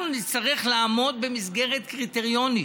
אנחנו נצטרך לעמוד במסגרת קריטריונית,